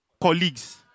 colleagues